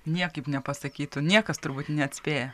niekaip nepasakytų niekas turbūt neatspėja